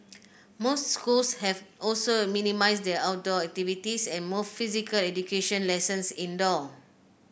most schools have also minimised their outdoor activities and moved physical education lessons indoor